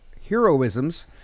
heroisms